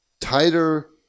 Tighter